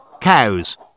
cows